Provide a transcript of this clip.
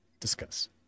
Discuss